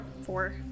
four